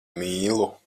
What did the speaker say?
mīlu